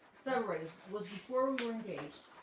was before we were engaged.